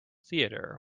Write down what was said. theater